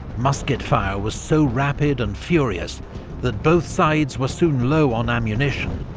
musket fire was so rapid and furious that both sides were soon low on ammunition,